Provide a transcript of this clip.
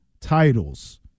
titles